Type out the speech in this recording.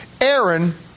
Aaron